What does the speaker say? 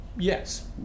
Yes